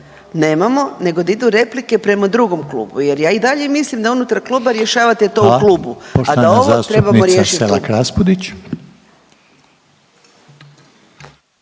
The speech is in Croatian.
nemamo nego da idu replike prema drugom klubu jer ja i dalje mislim da unutar kluba rješavate to u klubu …/Upadica Željko Reiner: